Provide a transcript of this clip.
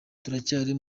turacyari